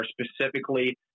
specifically